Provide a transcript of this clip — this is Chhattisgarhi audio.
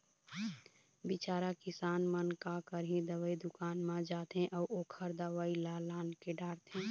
बिचारा किसान मन का करही, दवई दुकान म जाथे अउ ओखर दवई ल लानके डारथे